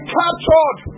captured